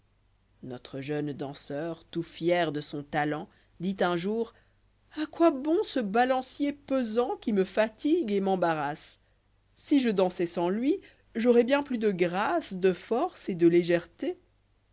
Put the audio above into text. notre jeune danseur tout fier de son talent dit un jour a quoi bon ce balancier pesant qui me fatigue et m'embarrasse si je dansois sans lui j'aurais bien plus de grâce de force et de légèreté